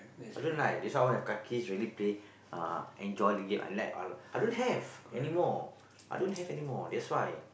I don't like that's why I want to have kaki really play uh enjoy the game and let I I don't have anymore I don't have anymore that's why